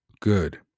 good